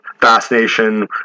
fascination